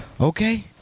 Okay